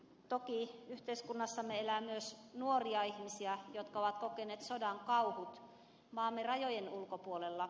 toki yhteiskunnassamme elää myös nuoria ihmisiä jotka ovat kokeneet sodan kauhut maamme rajojen ulkopuolella